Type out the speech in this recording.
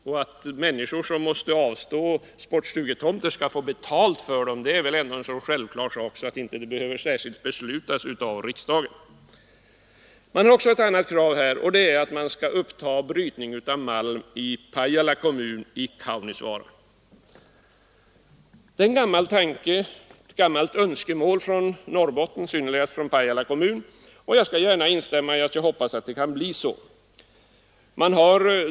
Och att människor som måste avstå sportstugetomter skall få betalt för dem är väl ändå så självklart att det inte behöver särskilt beslutas av riksdagen! Motionärerna framför också ett annat krav, nämligen att man skall uppta brytning av malm i Kaunisvaara i Pajala kommun. Det är ett gammalt önskemål från Norrbotten, i synnerhet från Pajala kommun, och jag skall gärna erkänna att jag hoppas att det kravet kan tillgodoses.